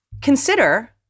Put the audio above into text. consider